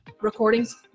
Recordings